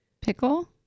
pickle